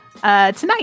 Tonight